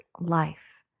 life